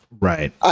Right